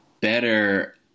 better